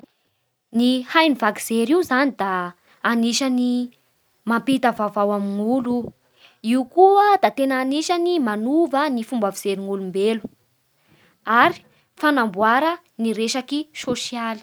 Ny haino vaky jery io zany da anisany mampita vaovao amin'ny olo io, io koa da tena manova ny fomba fijery amin'ny olombelo, ary fanamboara ny resaky sosialy